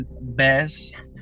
best